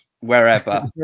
wherever